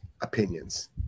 opinions